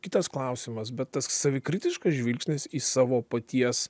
kitas klausimas bet tas savikritiškas žvilgsnis į savo paties